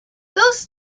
those